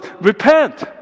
Repent